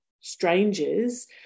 strangers